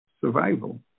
survival